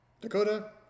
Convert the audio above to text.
Dakota